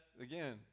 again